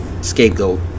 scapegoat